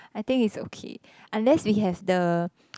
I think it's okay unless we have the